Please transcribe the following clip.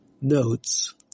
notes